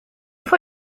for